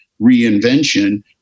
reinvention